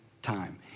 Time